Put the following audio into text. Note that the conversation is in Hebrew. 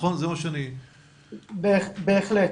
בהחלט.